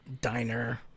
diner